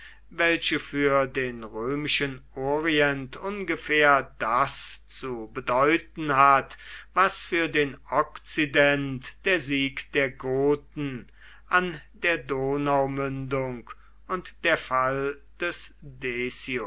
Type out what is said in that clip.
welche für den römischen orient ungefähr das zu bedeuten hat was für den okzident der sieg der goten an der donaumündung und der fall des